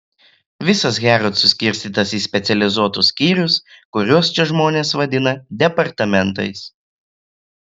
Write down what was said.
visas harrods suskirstytas į specializuotus skyrius kuriuos čia žmonės vadina departamentais